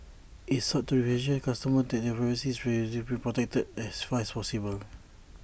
IT sought to reassure customers that their privacy is being protected as far as possible